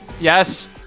Yes